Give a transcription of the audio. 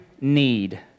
need